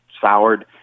soured